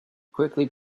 quickly